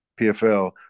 pfl